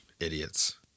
Idiots